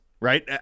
Right